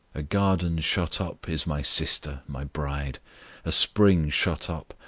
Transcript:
a garden shut up is my sister, my bride a spring shut up,